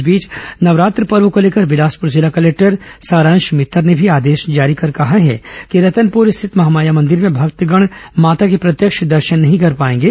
इस बीच नवरात्र पर्व को लेकर बिलासपुर जिला कलेक्टर सारांश मित्तर ने भी आदेश जारी कर कहा है कि रतनपुर रिथत महामाया मंदिर में भक्तगण माता के प्रत्यक्ष दर्शन नहीं कर पाएंगे